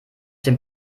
dem